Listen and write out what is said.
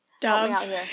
dove